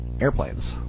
Airplanes